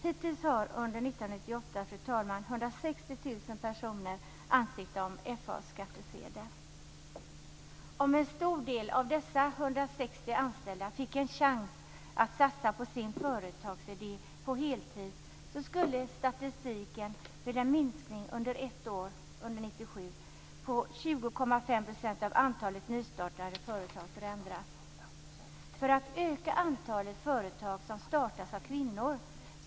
Hittills under 1998 har 160 000 personer ansökt om FA-skattsedel. Om en stor del av dessa 160 000 anställda fick en chans att satsa på sin företagsidé på heltid skulle statistiken förändras. Nu visar den en minskning av antalet nystartade företag under ett år, under 1997, på 20,5 %. Friåret skulle ge en skjuts framåt för att öka antalet företag som startas av kvinnor.